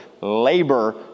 labor